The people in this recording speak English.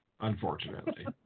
unfortunately